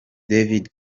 david